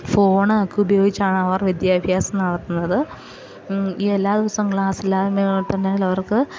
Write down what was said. phone ഒക്കെ ഉപയോഗിച്ചാണ് അവർ വിദ്യാഭ്യാസം നടത്തുന്നത് ഈ എല്ലാ ദിവസവും ക്ലാസ്സില്ലാത്ത തന്നെ അവർക്ക്